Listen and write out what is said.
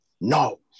no